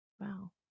Wow